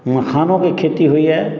मखानोके खेती होइया